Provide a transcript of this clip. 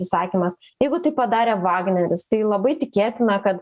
įsakymas jeigu tai padarė vagneris tai labai tikėtina kad